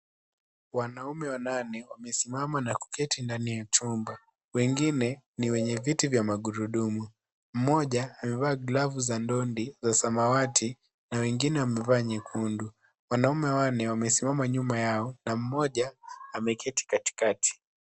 Wanaume wanane wamesimama na kuketi ndani ya chumba, wengine ni wenye viti vya gurudumu. Mmoja amevaa glavu za ndondi za samawati na wengine wamevaa nyekundu. Wanaume hawa ndio wasimama nyuma yao na mmoja ameketi katikati.